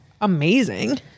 amazing